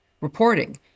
reporting